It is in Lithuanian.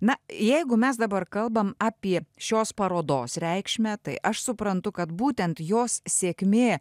na jeigu mes dabar kalbam apie šios parodos reikšmę tai aš suprantu kad būtent jos sėkmė